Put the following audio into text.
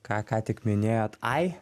ką ką tik minėjot ai